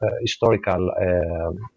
historical